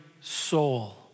soul